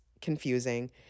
Confusing